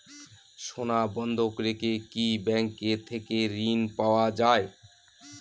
সোনা বন্ধক রেখে কি ব্যাংক থেকে ঋণ পাওয়া য়ায়?